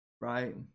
right